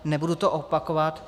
Nebudu to opakovat.